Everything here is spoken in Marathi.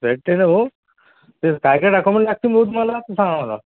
भेटते ना भाऊ ते काय काय डाकुमेंट लागतील भाऊ तुम्हाला ते सांगा मला